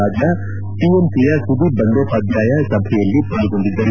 ರಾಜಾ ಟಿಎಂಸಿಯ ಸುದೀಷ್ ಬಂಡೋಪಾಧ್ತಾಯ್ ಸಭೆಯಲ್ಲಿ ಪಾಲ್ಲೊಂಡಿದ್ದರು